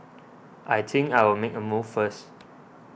I think I'll make a move first